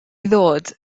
ddod